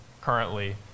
currently